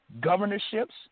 governorships